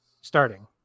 starting